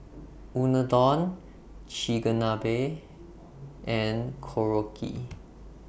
Unadon Chigenabe and Korokke